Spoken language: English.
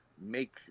make